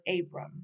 Abram